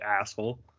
asshole